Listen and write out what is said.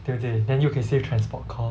对不对 then 又可以 save transport costs